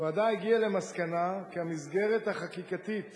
הוועדה הגיעה למסקנה כי המסגרת החקיקתית